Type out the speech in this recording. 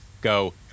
go